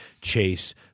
Chase